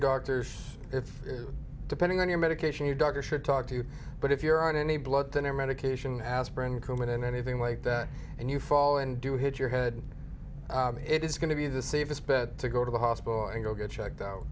doctors if depending on your medication your doctor should talk to you but if you're on a blood thinner medication aspirin comin and anything like that and you fall and do hit your head it is going to be the safest bet to go to the hospital and go get checked o